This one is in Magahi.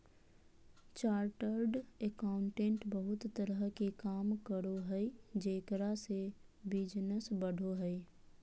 चार्टर्ड एगोउंटेंट बहुत तरह के काम करो हइ जेकरा से बिजनस बढ़ो हइ